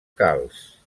calç